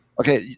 okay